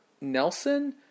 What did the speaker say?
nelson